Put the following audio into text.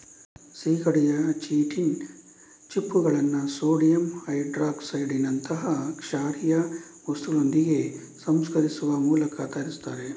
ಸೀಗಡಿಯ ಚಿಟಿನ್ ಚಿಪ್ಪುಗಳನ್ನ ಸೋಡಿಯಂ ಹೈಡ್ರಾಕ್ಸೈಡಿನಂತಹ ಕ್ಷಾರೀಯ ವಸ್ತುವಿನೊಂದಿಗೆ ಸಂಸ್ಕರಿಸುವ ಮೂಲಕ ತಯಾರಿಸ್ತಾರೆ